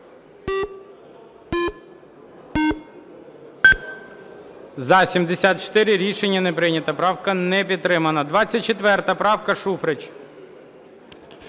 За-74 Рішення не прийнято. Правка не підтримана. 24 правка, Шуфрич.